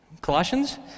Colossians